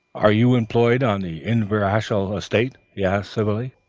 are you employed on the inverashiel estate? he asked civilly.